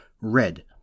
red